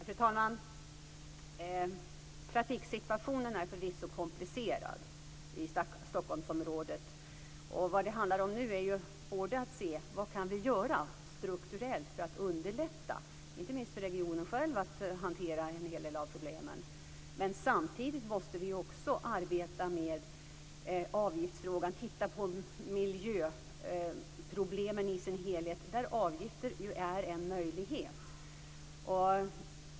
Fru talman! Trafiksituationen är förvisso komplicerad i Stockholmsområdet. Vad det handlar om nu är att se efter vad vi kan göra strukturellt för att underlätta, inte minst för regionen själv att hantera en hel del av problemen. Men samtidigt måste vi också arbeta med avgiftsfrågan och titta närmare på miljöproblemen i sin helhet. Där är avgifter en möjlighet.